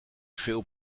veel